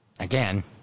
Again